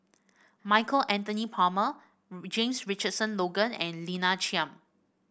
Michael Anthony Palmer James Richardson Logan and Lina Chiam